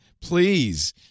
please